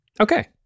Okay